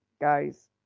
guys